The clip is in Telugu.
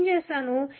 నేనేం చేశాను